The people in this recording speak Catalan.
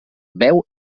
beu